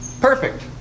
perfect